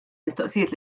mistoqsijiet